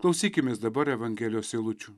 klausykimės dabar evangelijos eilučių